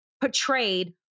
portrayed